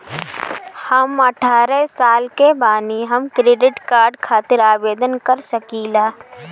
हम अठारह साल के बानी हम क्रेडिट कार्ड खातिर आवेदन कर सकीला?